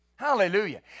Hallelujah